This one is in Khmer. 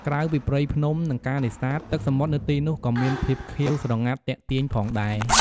ក្រៅពីព្រៃភ្នំ និងការនេសាទ ទឹកសមុទ្រនៅទីនោះក៏មានភាពខៀវស្រងាត់ទាក់ទាញផងដែរ។